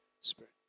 Spirit